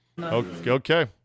Okay